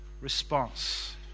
response